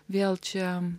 vėl čia